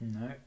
No